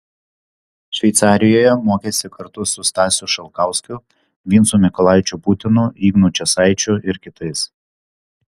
šveicarijoje mokėsi kartu su stasiu šalkauskiu vincu mykolaičiu putinu ignu česaičiu ir kitais